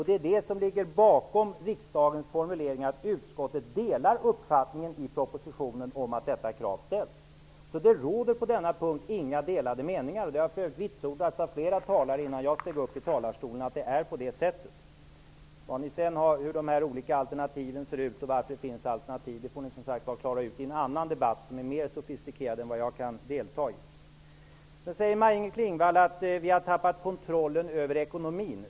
Det är det som ligger bakom riksdagens formulering att utskottet delar uppfattningen i propositionen om att detta krav ställs. Det råder på denna punkt inga delade meningar. Det har för övrigt vitsordats av flera talare, innan jag steg upp i talarstolen, att det är på det sättet. Hur sedan de olika alternativen ser ut och varför det finns alternativ får ni, som sagt var, klara ut i en annan debatt som är mer sofistikerad än vad jag kan delta i. Maj-Inger Klingvall säger att vi har tappat kontrollen över ekonomin.